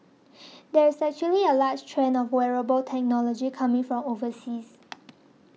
there is actually a huge trend of wearable technology coming from overseas